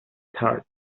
starred